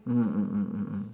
mm mm mm mm mm